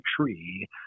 tree